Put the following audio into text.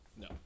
No